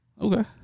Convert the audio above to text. Okay